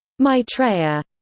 maitreya